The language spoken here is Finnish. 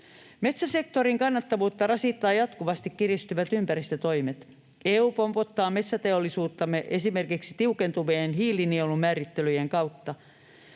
Metsäsektorin kannattavuutta rasittavat jatkuvasti kiristyvät ympäristötoimet. EU pompottaa metsäteollisuuttamme esimerkiksi tiukentuvien hiilinielumäärittelyjen kautta.